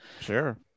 Sure